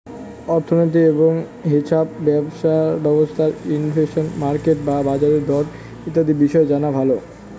অর্থনীতি এবং হেছাপ ব্যবস্থার ইনফ্লেশন, মার্কেট বা বাজারের দর ইত্যাদি বিষয় জানা ভালো